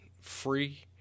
free